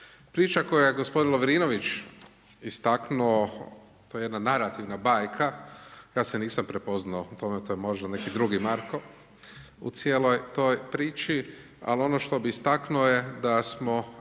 Priča koju je gospodin Lovrinović, istaknuo to je jedna narativna bajka, ja se nisam prepoznao u tome, to je možda neki drugi Marko u cijeloj toj priči, ali ono što bi istaknuo je da smo